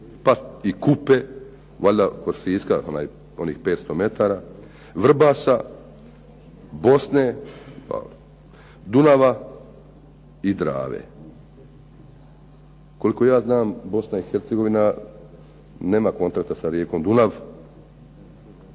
pa i Kupe, valjda kod Siska onih 500 metara, Vrbasa, Bosne, Dunava i Drave. Koliko ja znam Bosna i Hercegovina nema kontakta sa rijekom Dunav,